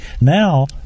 now